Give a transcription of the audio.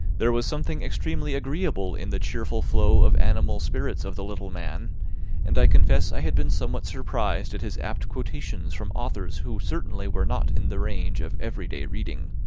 there was something extremely agreeable in the cheerful flow of animal spirits of the little man and i confess i had been somewhat surprised at his apt quotations from authors who certainly were not in the range of every-day reading.